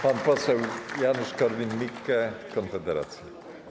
Pan poseł Janusz Korwin-Mikke, Konfederacja.